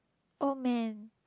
oh man